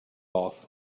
off